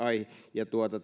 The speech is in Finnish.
ja